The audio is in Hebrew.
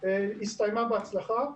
הסתיים בהצלחה.